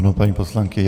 Ano, paní poslankyně.